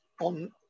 on